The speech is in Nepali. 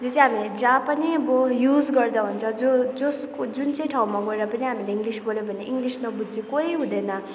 यो चाहिँ हामीले जहाँ पनि अब युज गर्दा हुन्छ जो जोसको जुन चाहिँ ठाउँमा गएर हामीले इङ्लिस बोल्यो भने इङ्लिस नबुझ्ने कोहि हुँदैन